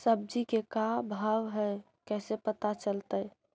सब्जी के का भाव है कैसे पता चलतै?